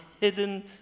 hidden